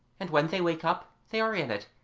and when they wake up they are in it,